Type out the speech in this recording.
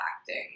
acting